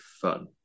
fun